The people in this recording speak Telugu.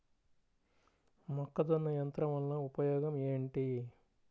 మొక్కజొన్న యంత్రం వలన ఉపయోగము ఏంటి?